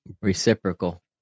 Reciprocal